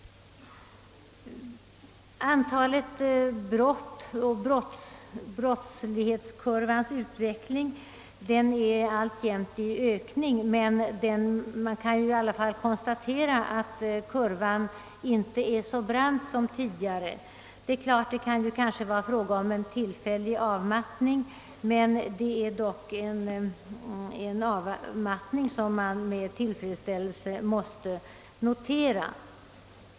Även om antalet brott alltjämt ökar, kan man konstatera att brottslighetskurvan inte är lika brant som tidigare. Det kanske kan vara fråga om en tillfällig avmattning, men det är dock en avmattning som man med tillfredsställelse måste notera.